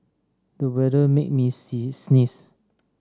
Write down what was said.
the weather made me sees sneeze